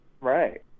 right